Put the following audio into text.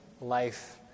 life